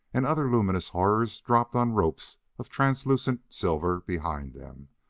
and other luminous horrors dropped on ropes of translucent silver behind them,